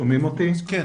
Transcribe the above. לא